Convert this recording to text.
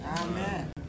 Amen